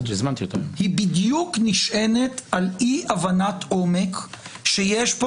היא בדיוק נשענת על אי-הבנת עומק שיש פה